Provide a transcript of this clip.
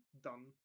done